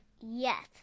Yes